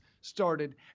started